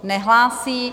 Nehlásí.